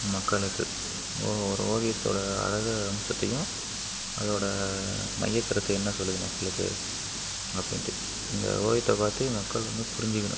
மக்களுக்கு ஓ ஒரு ஓவியத்தோடய அழகு அம்சத்தையும் அதோடய மையக்கருத்து என்ன சொல்லுது மக்களுக்கு அப்படின்ட்டு இந்த ஓவியத்தை பார்த்தே மக்கள் வந்து புரிஞ்சுக்கிணும்